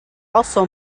also